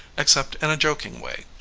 except in a joking way.